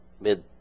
mid